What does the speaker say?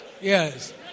Yes